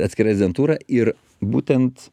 atskira rezidentūra ir būtent